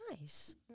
Nice